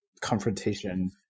confrontation